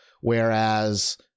whereas